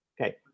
Okay